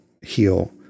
heal